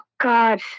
God